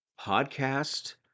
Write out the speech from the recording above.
podcast